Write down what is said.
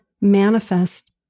manifest